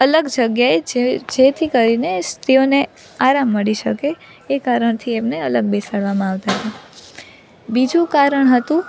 અલગ જગ્યાએ જે જેથી કરીને સ્ત્રીઓને આરામ મળી શકે એ કારણથી એમને અલગ બેસાડવામાં આવતાં હતાં બીજું કારણ હતું